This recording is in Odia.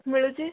ମିଳୁଛି